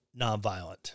nonviolent